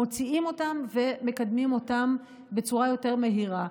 מוציאים אותם ומקדמים אותם בצורה יותר מהירה.